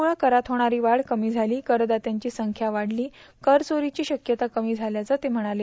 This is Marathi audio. मुळे करात होणारी वाढ कमी झाली करदात्यांची संख्या वाढली करचोरीची शक्यता कमी झाल्याचं ते महणाले